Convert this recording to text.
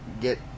get